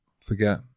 forget